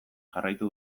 jarraitu